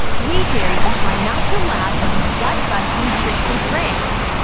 we dare you to try not to laugh at these gut-busting tricks and pranks